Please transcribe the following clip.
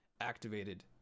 activated